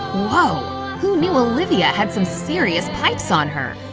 who knew olivia had some serious pipes on her?